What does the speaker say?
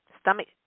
Stomach